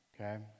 Okay